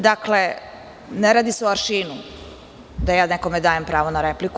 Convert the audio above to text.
Dakle, ne radi se o aršinu, da ja nekome dajem pravo na repliku.